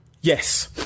yes